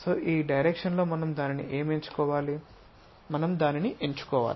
so ఈ direction లో మనం దానిని ఎంచుకోవాలి